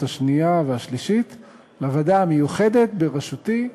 השנייה והשלישית לוועדה המיוחדת בראשותי,